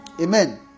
amen